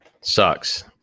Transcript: sucks